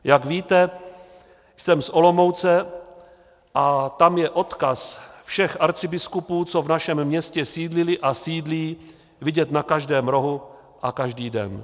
Jak víte, jsem z Olomouce a tam je odkaz všech arcibiskupů, co v našem městě sídlili a sídlí, vidět na každém rohu a každý den.